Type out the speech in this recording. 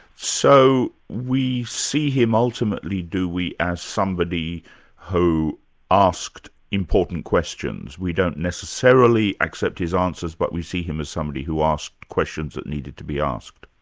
so we see him ultimately do we, as somebody who asked important questions. we don't necessarily accept his answers, but we see him as somebody who asked questions that needed to be asked?